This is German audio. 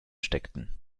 steckten